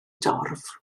dorf